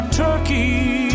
turkey